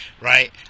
right